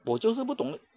我就是不懂